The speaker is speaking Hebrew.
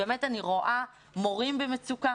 באמת אני רואה מורים במצוקה,